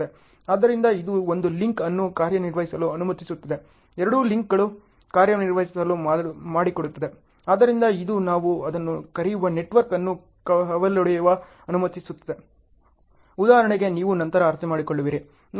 ಆದ್ದರಿಂದ ಇದು ಒಂದು ಲಿಂಕ್ ಅನ್ನು ಕಾರ್ಯನಿರ್ವಹಿಸಲು ಅನುಮತಿಸುತ್ತದೆ ಎರಡೂ ಲಿಂಕ್ಗಳು ಕಾರ್ಯನಿರ್ವಹಿಸಲು ಮಾಡಿಕೊಡುತ್ತದೆ ಆದ್ದರಿಂದ ಇದು ನಾವು ಅದನ್ನು ಕರೆಯುವ ನೆಟ್ವರ್ಕ್ ಅನ್ನು ಕವಲೊಡೆಯಲು ಅನುಮತಿಸುತ್ತದೆ ಉದಾಹರಣೆಗೆ ನೀವು ನಂತರ ಅರ್ಥಮಾಡಿಕೊಳ್ಳುವಿರಿ